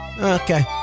Okay